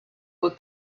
were